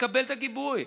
תקבל את הגיבוי,